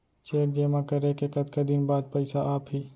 Cheque जेमा करें के कतका दिन बाद पइसा आप ही?